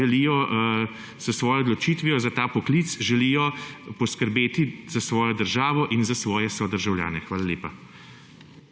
želijo s svojo odločitvijo za ta poklic poskrbeti za svojo državo in svoje sodržavljane. Hvala lepa.